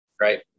right